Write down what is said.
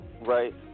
right